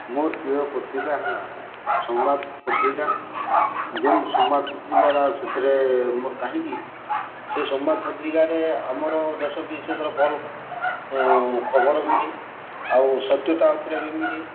ମୋର୍ ପ୍ରିୟ ପତ୍ରିକା ହେଲା ସମ୍ବାଦ୍ ପତ୍ରିକା ଜେନ୍ ସମ୍ବାଦ୍ ପତ୍ରିକାଟା ସେଥିରେ ମୋର୍ କାହିଁକି ସେ ସମ୍ବାଦ୍ ପତ୍ରିକାରେ ଆମର ଦେଶ ବିଦେଶର ଭଲ୍ ଖବର୍ ମିଳେ ଆଉ ସତ୍ୟତା ଉପରେ ବି ମିଳେ